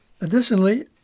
Additionally